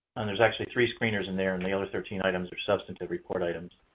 and there's actually three screeners in there, and the other thirteen items are substantive report items.